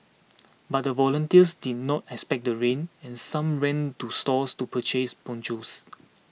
but the volunteers did not expect the rain and some ran to stores to purchase ponchos